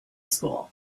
school